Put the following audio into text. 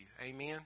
Amen